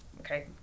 Okay